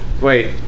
Wait